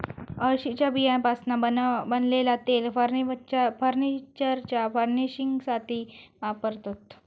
अळशीच्या बियांपासना बनलेला तेल फर्नीचरच्या फर्निशिंगसाथी वापरतत